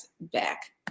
back